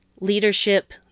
leadership